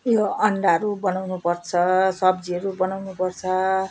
यो अण्डाहरू बनाउनु पर्छ सब्जीहरू बनाउनु पर्छ